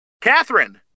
Catherine